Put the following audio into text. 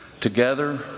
Together